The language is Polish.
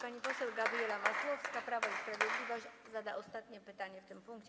Pani poseł Gabriela Masłowska, Prawo i Sprawiedliwość, zada ostatnie pytanie w tym punkcie.